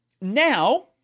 now